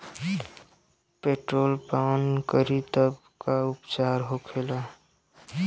Petrol पान करी तब का उपचार होखेला?